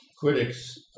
critics